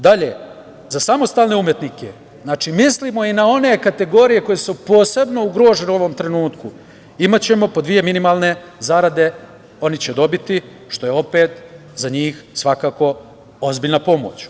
Dalje, za samostalne umetnike, znači, mislimo i na one kategorije koje su posebno ugrožene u ovom trenutku, imaćemo po dve minimalne zarade koje će oni dobiti, što je opet za njih svakako ozbiljna pomoć.